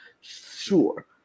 Sure